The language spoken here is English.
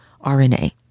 RNA